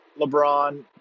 LeBron